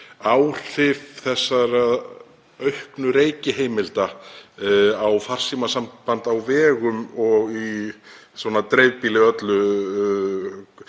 áhrif þessara auknu reikiheimilda á farsímasamband á vegum og í dreifbýlinu öllu